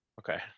Okay